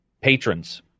Patrons